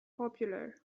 popular